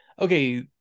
okay